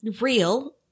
real